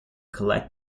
collect